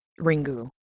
Ringu